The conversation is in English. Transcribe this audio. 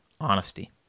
Honesty